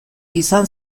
izan